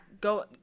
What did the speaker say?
go